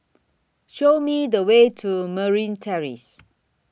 Show Me The Way to Merryn Terrace